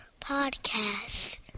podcast